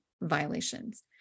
violations